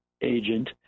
agent